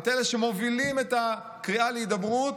אלה שמובילים את הקריאה להידברות,